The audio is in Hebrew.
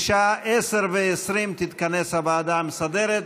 בשעה 22:20 תתכנס הוועדה המסדרת.